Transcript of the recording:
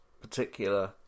particular